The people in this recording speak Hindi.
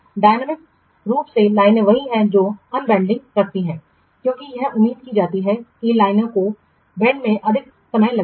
डायनामिक रूप से लाइनें वही हैं जो अन बेंडिंग रखती हैं क्योंकि यह उम्मीद की जाती है कि लाइनों को बैंड में अधिक समय लगेगा